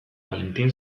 valentin